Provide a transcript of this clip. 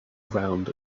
around